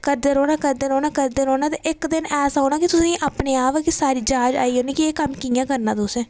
करदे रौह्ना करदे रौह्ना करदे रौह्ना ते इक्क दिन नेहा होना कि तुसेंगी अपने आप गै जाच आई जानी कि एह् कम्म कि'यां करना तुसें